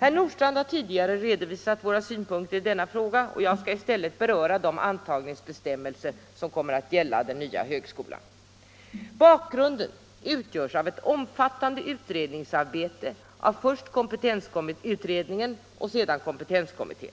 Herr Nordstrandh har tidigare redovisat våra synpunkter på denna fråga, och jag skall i stället beröra de antagningsbestämmelser som kommer att gälla för den nya högskolan. Bakgrunden utgörs av ett omfattande utredningsarbete av först kompetensutredningen och sedan kompetenskomittén.